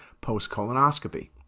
post-colonoscopy